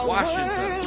Washington